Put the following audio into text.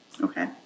Okay